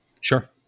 Sure